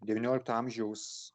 devyniolikto amžiaus